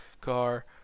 car